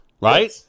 right